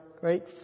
great